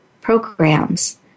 programs